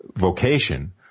vocation